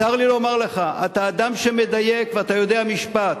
צר לי לומר לך, אתה אדם שמדייק ואתה יודע משפט.